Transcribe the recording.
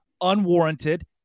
unwarranted